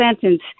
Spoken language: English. sentence